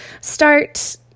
start